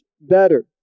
better